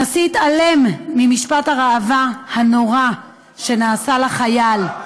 הנשיא התעלם ממשפט הראווה הנורא שנעשה לחייל.